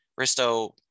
Risto